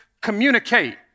communicate